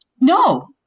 no